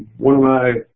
one of my